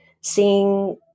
seeing